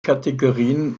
kategorien